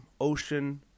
ocean